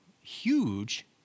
huge